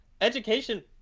education